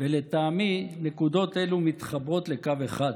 ולטעמי נקודות אלו מתחברות לקו אחד,